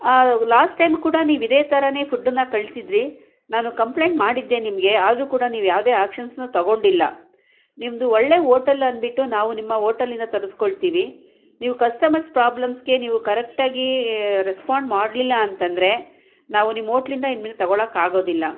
last time ಕೂಡ ನೀವು ಇದೇ ತರಾನೆ ಫುಡ್ಡನ್ನು ಕಳಿಸಿದ್ರಿ ನಾನು ಕಂಪ್ಲೇಂಟ್ ಮಾಡಿದ್ದೆ ನಿಮಗೆ ಆದ್ರೂ ಕೂಡ ನೀವು ಯಾವುದೇ ಆ್ಯಕ್ಷನ್ಸನ್ನ ತಗೊಂಡಿಲ್ಲ ನಿಮ್ಮದು ಒಳ್ಳೆ ಓಟಲನ್ಬಿಟ್ಟು ನಾವು ನಿಮ್ಮ ಓಟಲಿಂದ ತರಿಸ್ಕೊಳ್ತೀವಿ ನೀವು ಕಸ್ಟಮರ್ಸ್ ಪ್ರಾಬ್ಲಮ್ಸ್ಗೆ ನೀವು ಕರೆಕ್ಟಾಗಿ ರೆಸ್ಪಾಂಡ್ ಮಾಡಲಿಲ್ಲ ಅಂತಂದರೆ ನಾವು ನಿಮ್ಮ ಓಟ್ಲಿಂದ ಇನ್ಮೇಲೆ ತಗೊಳಕ್ಕೆ ಆಗೋದಿಲ್ಲ